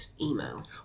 email